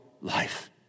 life